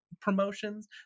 promotions